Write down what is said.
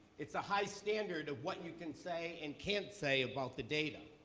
it's a high standard of what you can say and can't say about the data.